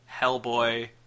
Hellboy